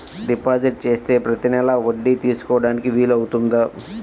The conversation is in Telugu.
డిపాజిట్ చేస్తే ప్రతి నెల వడ్డీ తీసుకోవడానికి వీలు అవుతుందా?